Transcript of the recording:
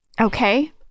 Okay